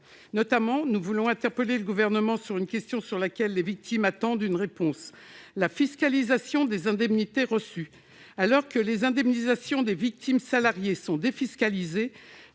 -, mais nous voulons interpeller le Gouvernement sur une question à laquelle les victimes attendent une réponse, à savoir la fiscalisation des indemnités reçues. Alors que les indemnisations des victimes salariées sont défiscalisées,